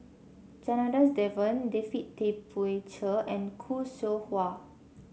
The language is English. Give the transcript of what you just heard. Janadas Devan David Tay Poey Cher and Khoo Seow Hwa